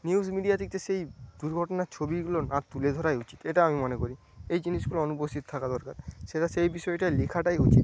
news media দিক থেকে সেই দুর্ঘটনার ছবিগুলো না তুলে ধরাই উচিত এটা আমি মনে করি এই জিনিসগুলো অনুপস্থিত থাকা দরকার সেটা সেই বিষয়টা লেখাটাই উচিত